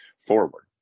forward